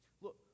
Look